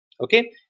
okay